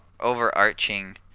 overarching